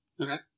Okay